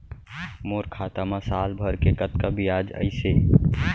मोर खाता मा साल भर के कतका बियाज अइसे?